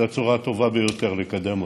זו הצורה הטובה ביותר לקדם אותם.